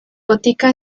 botica